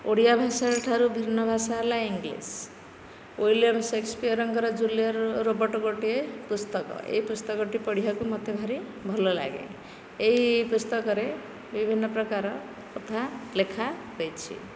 ଓଡ଼ିଆ ଭାଷାଠାରୁ ଭିନ୍ନ ଭାଷା ହେଲା ଇଂଲିଶ ୱିଲିୟମ ସେକ୍ସପିୟରଙ୍କର ଜୁଲିୟସ ରୋବଟ୍ ଗୋଟିଏ ପୁସ୍ତକ ଏହି ପୁସ୍ତକଟି ପଢ଼ିବାକୁ ମୋତେ ଭାରି ଭଲ ଲାଗେ ଏହି ପୁସ୍ତକରେ ବିଭିନ୍ନ ପ୍ରକାର କଥା ଲେଖା ହୋଇଛି